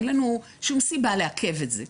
אין לנו שום סיבה לעכב את זה.